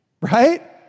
Right